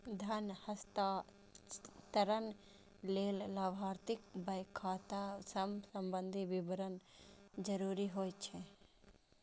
धन हस्तांतरण लेल लाभार्थीक बैंक खाता सं संबंधी विवरण जरूरी होइ छै